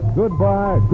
goodbye